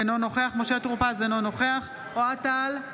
אינו נוכח משה טור פז, אינו נוכח אוהד טל,